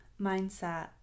mindset